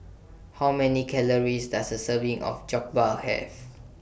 How Many Calories Does A Serving of Jokbal Have